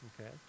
Okay